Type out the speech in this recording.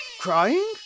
crying